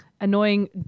annoying